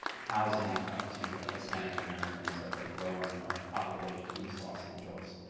housing to hispanic americans, a growing population in east los angeles.